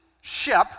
ship